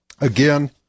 Again